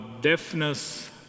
deafness